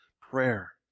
prayer